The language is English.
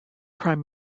prime